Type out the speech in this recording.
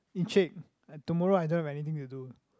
Encik tomorrow I don't have anything to do